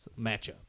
matchup